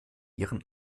ihren